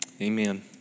amen